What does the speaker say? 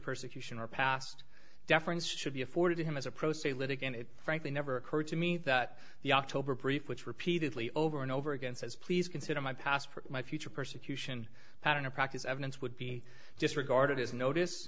persecution or past deference should be afforded to him as a pro se litigant it frankly never occurred to me that the october prefix repeatedly over and over again says please consider my passport my future persecution pattern or practice evidence would be disregarded as notice